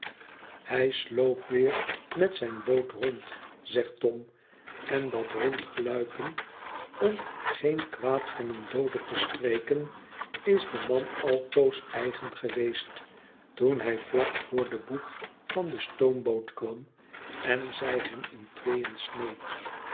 hij sloop weer met zijne boot rond zegt tom ten dat rondgluipen om geen kwaad van een doode te spreken is den man altoos eigen geweest toen hij vlak voor den boeg van de stoomboot kwam en zij hem in